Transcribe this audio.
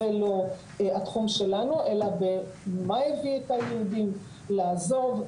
זה לא התחום שלנו, אלא במה הביא את היהודים לעזוב,